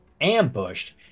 ambushed